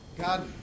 God